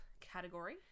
category